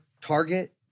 Target